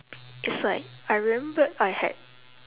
it's like I remembered I had